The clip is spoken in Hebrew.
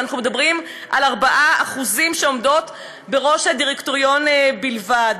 אנחנו מדברים על 4% שעומדות בראש הדירקטוריון בלבד.